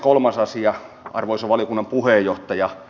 kolmas asia arvoisa valiokunnan puheenjohtaja